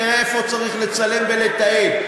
נראה איפה צריך לצלם ולתעד.